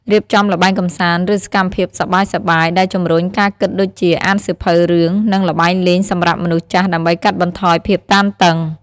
រៀបចំល្បែងកំសាន្ត ឬសកម្មភាពសប្បាយៗដែលជំរុញការគិតដូចជាអានសៀវភៅរឿង និងល្បែងលេងសម្រាប់មនុស្សចាស់ដើម្បីកាត់បន្ថយភាពតានតឹង។